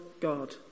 God